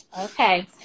Okay